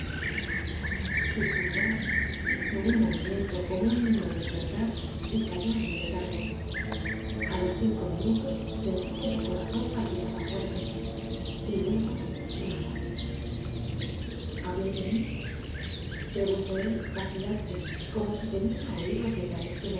suspiró hizo un movimiento como un niño al despertar y cayó en un letargo a los cinco minutos sentí que su corazón palpitaba fuerte y luego nada habló de mí preguntó él vacilante como si temiera oír los detalles que